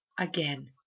again